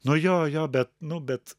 nu jo jo bet nu bet